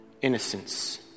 Innocence